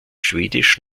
schwedisch